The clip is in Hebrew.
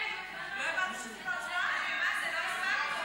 לא הבנו שזאת ההצבעה.